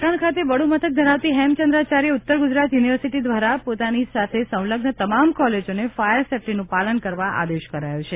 પાટણ ખાતે વડુ મથક ધરાવતી હેમચેદ્રાચાર્ય ઉત્તર ગુજરાત યુનિવર્સિટી દ્વારા પોતાની સાથે સંલગ્ન તમામ કોલેજને ફાયર સેફટીનું પાલન કરવા આદેશ કરાયો છે